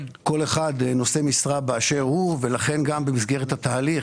ולכן גם במסגרת התהליך,